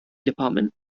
department